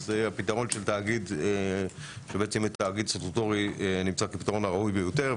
אז הפתרון של תאגיד סטטוטורי נמצא כפתרון הראוי ביותר.